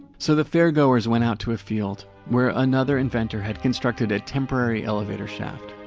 so the fair-goers went out to a field where another inventor had constructed a temporary elevator shaft.